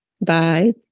Bye